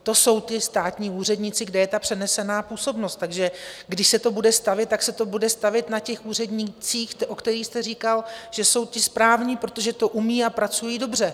To jsou státní úředníci, kde je ta přenesená působnost, takže když se to bude stavět, tak se to bude stavět na těch úřednících, o kterých jste říkal, že jsou ti správní, protože to umí a pracují dobře.